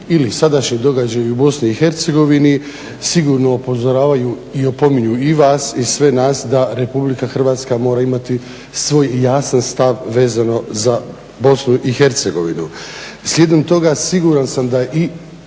ili sadašnji događaji u BIH sigurno upozoravaju i opominju i vas i sve nas da RH mora imati svoj jasan stav vezano za BIH. Slijedom toga siguran sam da i